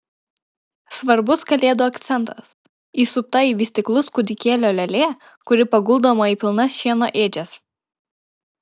svarbus kalėdų akcentas įsupta į vystyklus kūdikėlio lėlė kuri paguldoma į pilnas šieno ėdžias